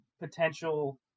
potential